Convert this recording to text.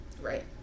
Right